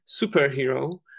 superhero